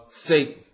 Satan